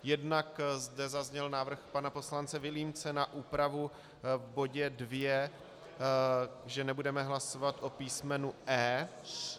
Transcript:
Jednak zde zazněl návrh pana poslance Vilímce na úpravu v bodě 2, že nebudeme hlasovat o písmenu e)